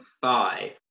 five